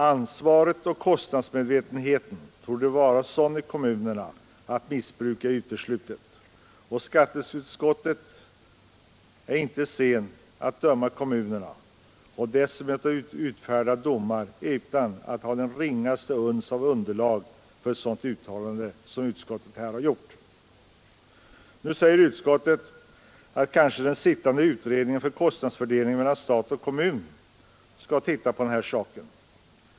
Ansvarsoch kostnadsmedvetenheten torde vara sådan i kommunerna att missbruk är uteslutet. Skatteutskottet är inte sent att döma kommunerna och utfärda domar utan att ha det ringaste uns av underlag för ett sådant uttalande som utskottet här har gjort. Utskottet anför att den kommunalekonomiska utredningen skall titta på denna sak.